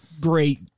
Great